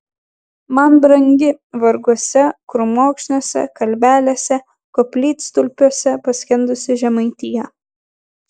man brangi varguose krūmokšniuose kalvelėse koplytstulpiuose paskendusi žemaitija